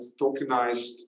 tokenized